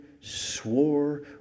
swore